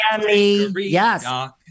Yes